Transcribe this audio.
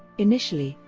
initially,